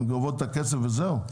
הם גובות את הכסף וזהו?